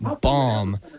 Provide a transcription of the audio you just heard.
bomb